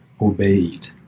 obeyed